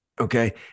Okay